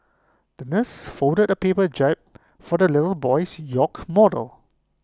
the nurse folded A paper jab for the little boy's york model